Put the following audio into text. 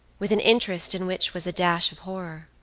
with an interest in which was a dash of horror.